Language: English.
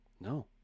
No